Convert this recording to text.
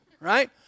right